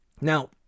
Now